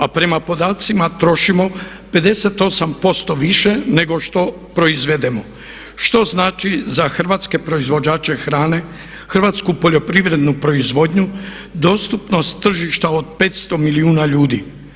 A prema podacima trošimo 58% više nego što proizvedemo što znači za hrvatske proizvođače hrane, hrvatsku poljoprivrednu proizvodnju dostupnost tržišta od 500 milijuna ljudi.